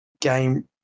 game